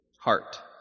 heart